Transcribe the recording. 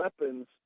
weapons